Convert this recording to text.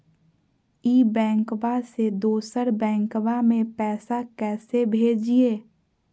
ई बैंकबा से दोसर बैंकबा में पैसा कैसे भेजिए?